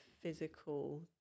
physical